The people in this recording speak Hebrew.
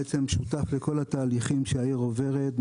בעצם שותף לכל התהליכים שהעיר עוברת.